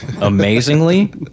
Amazingly